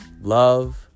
Love